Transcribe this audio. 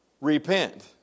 repent